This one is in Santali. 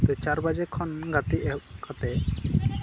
ᱪᱟᱨ ᱵᱟᱡᱮ ᱠᱷᱚᱱ ᱜᱟᱛᱮ ᱮᱦᱚᱵ ᱠᱟᱛᱮᱫ